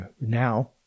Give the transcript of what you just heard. now